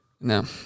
No